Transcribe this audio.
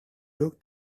book